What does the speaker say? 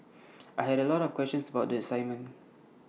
I had A lot of questions about the assignment